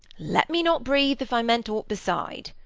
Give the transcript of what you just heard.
let me not breathe if i meant aught beside.